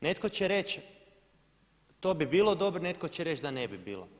Netko će reći, to bi bilo dobro, netko će reći da ne bi bilo.